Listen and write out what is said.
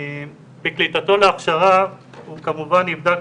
בקליטתו להכשרה הוא כמובן נבדק,